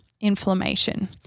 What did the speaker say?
inflammation